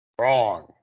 Wrong